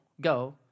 go